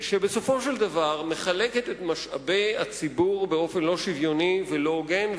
שבסופו של דבר מחלקת את משאבי הציבור באופן לא שוויוני ולא הוגן,